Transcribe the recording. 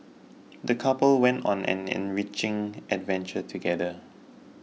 the couple went on an enriching adventure together